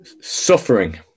suffering